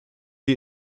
die